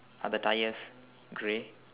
are the tyres grey